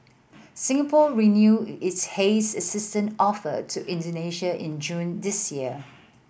Singapore renewed its haze assistance offer to Indonesia in June this year